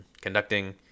conducting